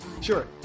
sure